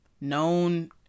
known